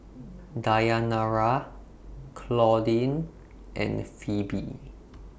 Dayanara Claudine and Phebe